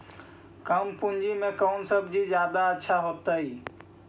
कम पूंजी में कौन सब्ज़ी जादा अच्छा होतई?